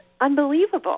unbelievable